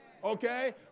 Okay